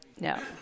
No